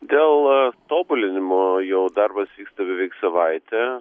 dėl tobulinimo jau darbas vyksta beveik savaitę